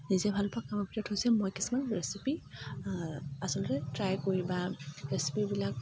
নিজে ভালপোৱা কামৰ ভিতৰত হৈছে মই কিছুমান ৰেচিপি আচলতে ট্ৰাই কৰি বা ৰেচিপিবিলাক